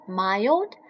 mild